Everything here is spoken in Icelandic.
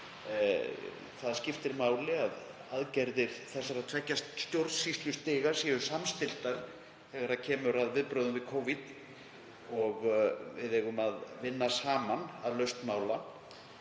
Það skiptir máli að aðgerðir þessara tveggja stjórnsýslustiga séu samstilltar þegar kemur að viðbrögðum við Covid og við eigum að vinna saman að lausn mála.